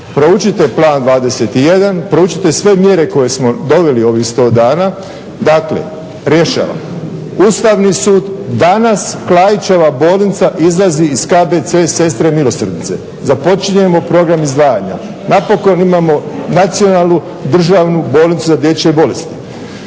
proučite Plan 21, proučite sve mjere koje smo doveli u ovih 100 dana. Dakle, rješavamo Ustavni sud, danas Klaićeva bolnica izlazi iz KBC Sestre milosrdnice, započinjemo program izdvajanja, napokon imamo Nacionalnu državnu bolnicu za dječje bolesti.